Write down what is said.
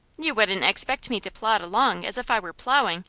you wouldn't expect me to plod along as if i were plowing,